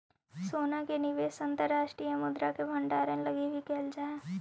सोना के निवेश अंतर्राष्ट्रीय मुद्रा के भंडारण लगी भी कैल जा हई